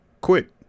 quit